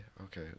okay